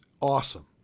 awesome